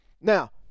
now